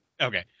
Okay